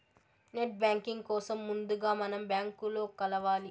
net banking కోసం ముందుగా మనం బ్యాంకులో కలవాలి